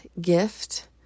gift